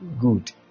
Good